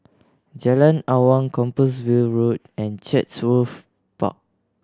Jalan Awang Compassvale Road and Chatsworth Park